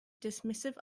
dismissive